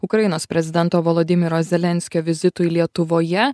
ukrainos prezidento volodimiro zelenskio vizitui lietuvoje